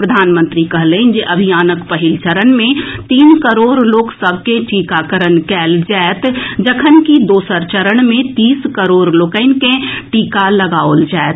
प्रधानमंत्री कहलनि जे अभियानक पहिल चरण मे तीन करोड़ लोक सभ के टीकाकरण कएल जाएत जखनकि दोसर चरण मे तीस करोड़ लोकनि के टीका लगाओल जाएत